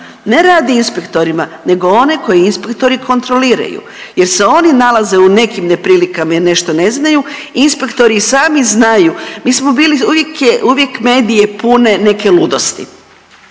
ne rad inspektorima, nego one koji inspektori kontroliraju jer se oni nalaze u nekim neprilikama jer nešto ne znaju. Inspektori i sami znaju. Mi smo bili uvijek medije pune neke ludosti,